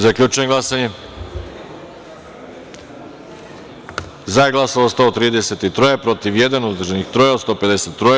Zaključujem glasanje: za - 133, protiv - jedan, uzdržanih – troje, ukupno – 153.